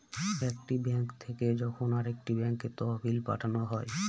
একটি ব্যাঙ্ক থেকে যখন আরেকটি ব্যাঙ্কে তহবিল পাঠানো হয়